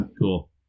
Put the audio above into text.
cool